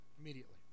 immediately